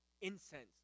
incense